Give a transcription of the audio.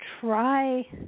try